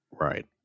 Right